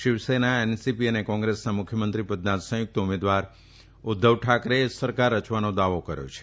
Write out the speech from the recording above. Shiv Sena NCP અને કોંગ્રેસના મુખ્યમંત્રી પદના સંયુકત ઉમેદવાર ઉધ્ધવ ઠાકરેએ સરકાર રચવાનો દાવો કર્યો છે